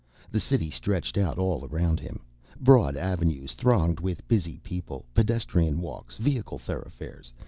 the city stretched out all around him broad avenues thronged with busy people, pedestrian walks, vehicle thoroughfares,